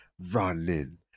running